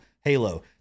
Halo